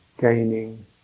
gaining